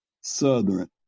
Southern